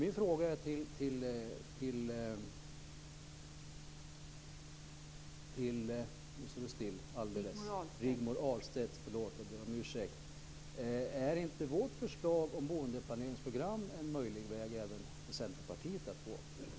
Min fråga till Rigmor Ahlstedt är: Är inte vårt förslag om boendeplaneringsprogram en möjlig väg att gå även för Centerpartiet?